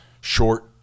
short